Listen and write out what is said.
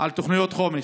על תוכניות חומש,